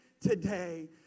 today